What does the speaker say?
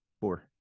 Four